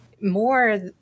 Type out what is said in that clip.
more